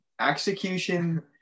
execution